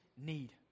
need